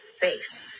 face